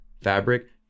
fabric